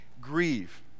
grieve